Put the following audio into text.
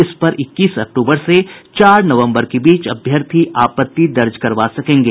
इस पर इक्कीस अक्टूबर से चार नवम्बर के बीच अभ्यर्थी आपत्ति दर्ज करवा सकेंगे